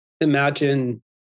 imagine